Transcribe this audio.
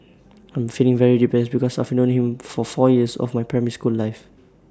I'm feeling very depressed because I've known him for four years of my primary school life